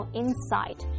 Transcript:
insight